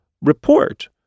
report